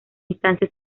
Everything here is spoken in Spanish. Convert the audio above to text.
instancia